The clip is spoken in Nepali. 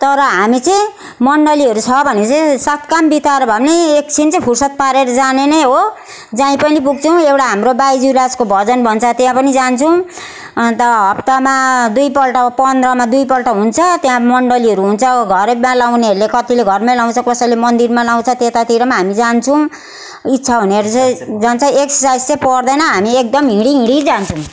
तर हामी चाहिँ मन्डलीहरू छ भने चाहिँ सात काम बिताएर भए पनि एकछिन चाहिँ फुर्सद पारेर जाने नै हो जाहीँ पनि पुग्छौँ एउटा हाम्रो बाइज्यू राजको भजन भन्छ त्यहाँ पनि जान्छौँ अन्त हप्तामा दुई पल्ट पन्ध्रमा दुई पल्ट हुन्छ त्यहाँ मन्डलीहरू हुन्छ अब घरहरूमा लगाउनेहरूले कतिले घरमै लगाउँछ कसैले मन्दिरमा लगाउँछ त्यतातिर हामी जान्छौँ इच्छा हुनेहरू चाहिँ जान्छ एक्सर्साइस चाहिँ पर्दैन हामी एकदम हिँडी हिँडी जान्छौँ